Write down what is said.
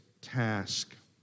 task